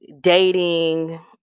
dating